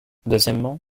deuxièmement